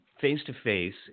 face-to-face